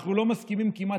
אנחנו לא מסכימים כמעט,